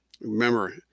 Remember